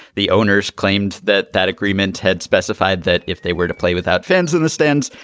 the owners claimed that that agreement had specified that if they were to play without fans in the stands,